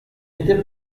étaient